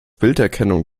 bilderkennung